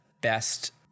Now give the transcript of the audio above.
best